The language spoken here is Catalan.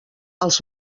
els